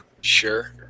Sure